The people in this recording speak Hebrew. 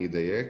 אני אדייק.